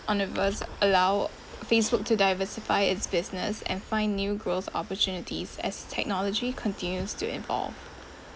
allow facebook to diversify its business and find new growth opportunities as technology continues to evolve